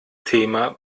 thema